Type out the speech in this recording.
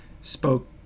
spoke